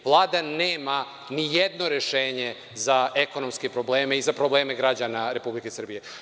Vlada nema nijedno rešenje za ekonomske probleme i za probleme građana Republike Srbije.